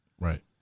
Right